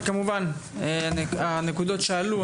וכמובן הנקודות שעלו,